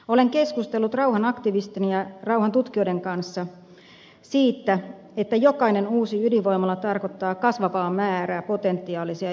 olen keskustellut rauhanaktivistien ja rauhantutkijoiden kanssa siitä että jokainen uusi ydinvoimala tarkoittaa kasvavaa määrää potentiaalisia ydinaseita